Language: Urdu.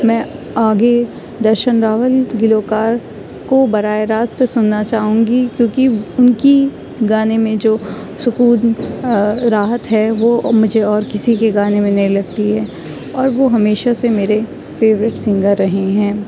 میں آگے درشن راول گلوکار کو براہ راست سننا چاہوں گی کیونکہ ان کی گانے میں جو سکون راحت ہے وہ مجھے اور کسی کے گانے میں نہیں لگتی ہے اور وہ ہمیشہ سے میرے فیوریٹ سنگر رہے ہیں